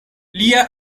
lia